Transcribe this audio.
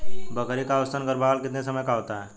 बकरी का औसतन गर्भकाल कितने समय का होता है?